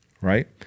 right